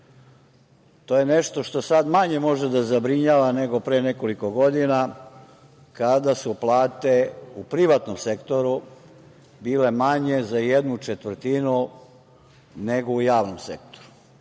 To je nešto što sad manje može da zabrinjava nego pre nekoliko godina kada su plate u privatnom sektoru bile manje za jednu četvrtinu nego u javnom sektoru. Danas